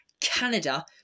canada